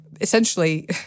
essentially